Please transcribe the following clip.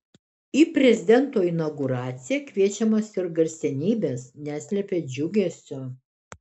į prezidento inauguraciją kviečiamos ir garsenybės neslepia džiugesio